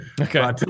Okay